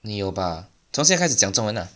你有吧从现在开始讲中文 ah